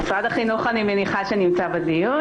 משרד החינוך, אני מניחה שנמצא בדיון.